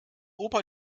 opa